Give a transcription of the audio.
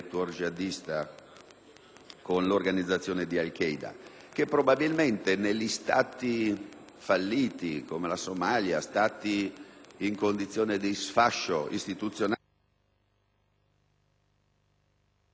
e l'organizzazione di Al Qaeda, che probabilmente negli Stati falliti come la Somalia, ed in quelli in condizioni di sfascio istituzionale,